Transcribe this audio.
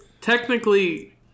technically